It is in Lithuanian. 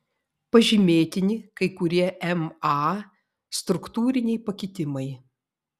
pažymėtini kai kurie ma struktūriniai pakitimai